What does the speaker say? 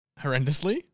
horrendously